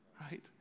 right